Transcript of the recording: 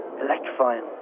Electrifying